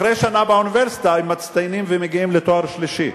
אחרי שנה באוניברסיטה הם מצטיינים ומגיעים לתואר שלישי.